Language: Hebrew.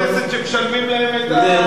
לא כולם חברי כנסת שמשלמים להם את האגרה,